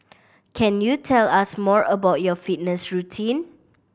can you tell us more about your fitness routine